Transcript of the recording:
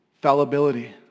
fallibility